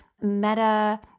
meta